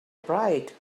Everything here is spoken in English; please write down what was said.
pride